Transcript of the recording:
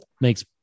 makes